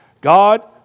God